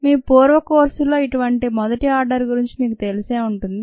మీ పూర్వ కోర్సుల్లో ఇటువంటి మొదటి ఆర్డర్ గురించి మీకు తెలిసే ఉంటుంది